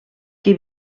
que